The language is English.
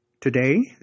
Today